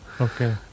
Okay